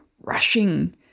rushing